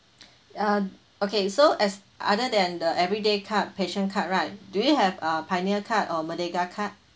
uh okay so as other than the everyday card passion card right do you have a pioneer card or merdeka card